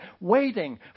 waiting